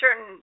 certain